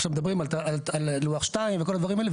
עכשיו מדברים על לוח 2 וכל הדברים האלה.